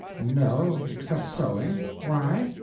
no except sewing. why?